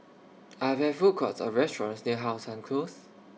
Are There Food Courts Or restaurants near How Sun Close